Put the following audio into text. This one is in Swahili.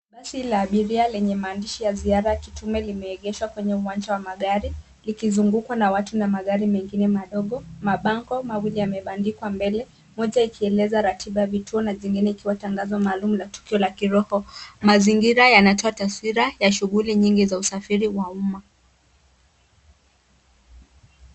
Basi la abiria lenye maandishi ya ziara kitume limeegeshwa kwenye uwanja wa magari likizungukwa na watu na magari mengine madogo. Mabango mawili yamebandikwa mbele moja ikieleza ratiba ya vituo na jingine ikiwa matangazo maalum ya tukio la kiroho. Mazingira yanatoa taswira ya shughuli nyingi za usafiri wa umma.